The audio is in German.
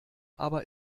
aber